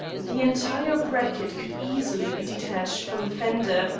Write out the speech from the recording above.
the entire bracket could easily be detached from the fender,